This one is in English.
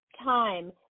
time